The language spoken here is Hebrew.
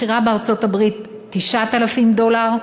מחירה בארצות-הברית 9,000 דולר,